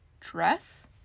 dress